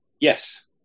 Yes